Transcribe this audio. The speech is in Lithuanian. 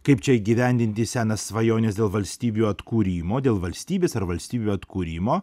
kaip čia įgyvendinti senas svajones dėl valstybių atkūrimo dėl valstybės ar valstybių atkūrimo